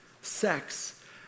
Sex